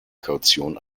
kaution